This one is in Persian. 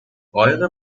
قایق